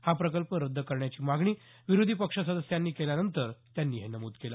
हा प्रकल्प रद्द करण्याची मागणी विरोधी पक्ष सदस्यांनी केल्यानंतर त्यांनी हे नमूद केलं